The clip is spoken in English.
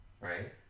Right